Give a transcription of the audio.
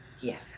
Yes